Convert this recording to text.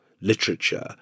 literature